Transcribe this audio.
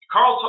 Carl